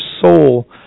soul